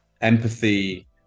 empathy